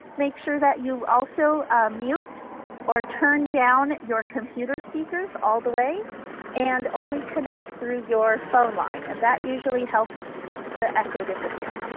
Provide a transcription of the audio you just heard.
make sure that you also mute or turn down your computer speakers all the way and only connect through your phone line and that usually helps the echo disappear.